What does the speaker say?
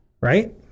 Right